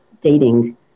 dating